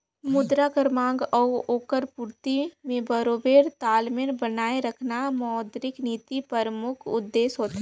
मुद्रा कर मांग अउ ओकर पूरती में बरोबेर तालमेल बनाए रखना मौद्रिक नीति परमुख उद्देस होथे